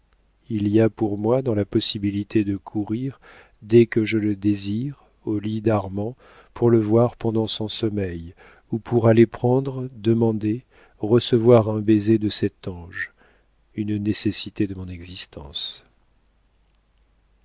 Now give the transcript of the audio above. il y a pour moi dans la possibilité de courir dès que je le désire au lit d'armand pour le voir pendant son sommeil ou pour aller prendre demander recevoir un baiser de cet ange une nécessité de mon existence